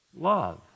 love